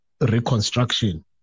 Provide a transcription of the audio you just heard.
reconstruction